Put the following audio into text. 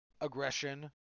aggression